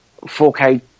4K